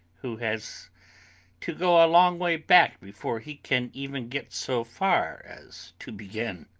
who has to go a long way back before he can even get so far as to begin.